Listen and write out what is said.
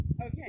Okay